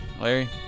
Larry